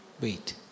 wait